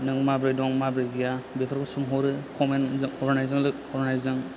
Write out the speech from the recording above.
नों माब्रै दं माब्रै गैया बेफोरखौ सोंहरो खमेन्टजों हरनायजों लो हरनायजों